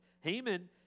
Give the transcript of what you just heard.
Haman